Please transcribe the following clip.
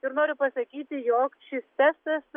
ir noriu pasakyti jog šis testas